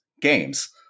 games